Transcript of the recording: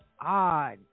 odd